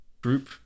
Group